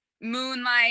moonlight